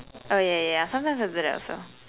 oh yeah yeah yeah sometimes I do that also